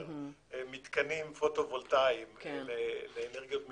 מתקנים פוט-וולטאיים לאנרגיות מתחדשות,